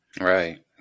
Right